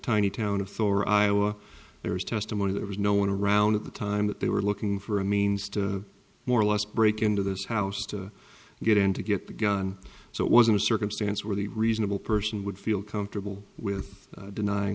tiny town of thor iowa there was testimony there was no one around at the time that they were looking for a means to more or less break into this house to get him to get the gun so it wasn't a circumstance where the reasonable person would feel comfortable with denying